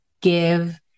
give